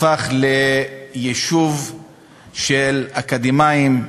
ליישוב של אקדמאים,